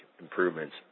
improvements